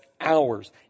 hours